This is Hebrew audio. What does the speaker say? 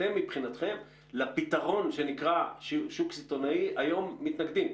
שאתם מבחינתכם לפתרון שנקרא שוק סיטונאי היום מתנגדים.